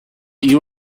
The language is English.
you